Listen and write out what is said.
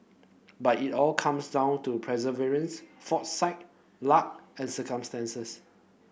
but it all comes down to perseverance foresight luck and circumstances